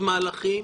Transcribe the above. מהבנקים,